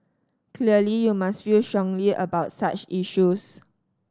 clearly you must feel strongly about such issues